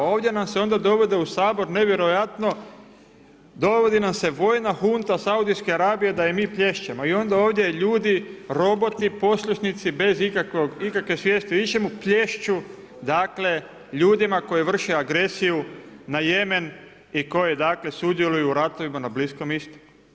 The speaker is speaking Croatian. Ovdje nam se onda dovode u Sabor nevjerojatno, dovodi nam se vojna hunta Saudijske Arabije da joj mi plješćemo i onda ovdje ljudi, roboti, poslušnici bez ikakve svijesti o ičemu plješću ljudima koji vrše agresiju na Jemen i koji sudjeluju u ratovima na Bliskom Istoku.